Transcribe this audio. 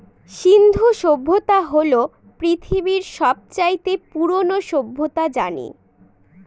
সিন্ধু সভ্যতা হল পৃথিবীর সব চাইতে পুরোনো সভ্যতা জানি